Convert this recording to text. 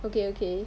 okay okay